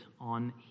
on